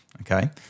Okay